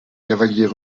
cavaliers